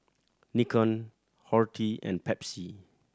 Nikon Horti and Pepsi